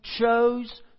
chose